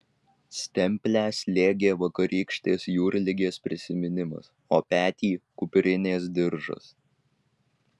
stemplę slėgė vakarykštės jūrligės prisiminimas o petį kuprinės diržas